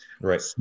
Right